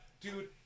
dude